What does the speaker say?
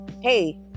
hey